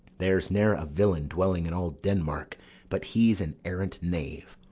there's ne'er a villain dwelling in all denmark but he's an arrant knave.